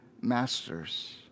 masters